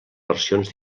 versions